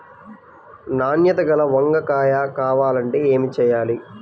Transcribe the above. నాణ్యత గల వంగ కాయ కావాలంటే ఏమి చెయ్యాలి?